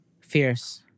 Fierce